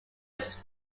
his